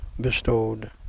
bestowed